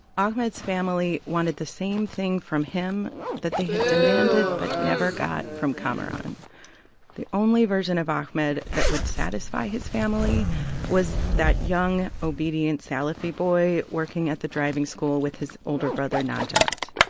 ahmed's family wanted the same thing from him that they had demanded but never got from kamaran the only version of ahmed that would satisfy his family was that young, obedient salafi boy working at the driving school with his older brother najat.